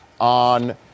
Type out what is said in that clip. on